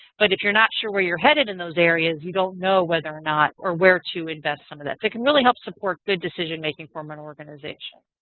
but if you're not sure where you're headed in those areas, you don't know whether or not or where to invest some of that. it can really help support good decision making for an organization.